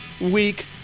week